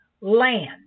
land